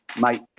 mate